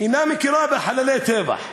אינה מכירה בחללי הטבח.